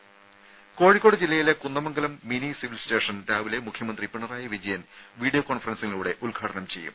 രുര കോഴിക്കോട് ജില്ലയിലെ Kunnamangalam mini civil station രാവിലെ മുഖ്യമന്ത്രി പിണറായി വിജയൻ വീഡിയോ കോൺഫറൻസിലൂടെ ഉദ്ഘാടനം ചെയ്യും